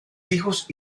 hijos